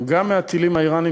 גם יותר מהטילים האיראניים,